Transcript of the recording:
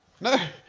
no